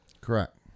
Correct